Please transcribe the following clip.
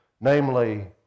namely